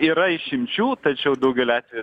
yra išimčių tačiau daugeliu atvejų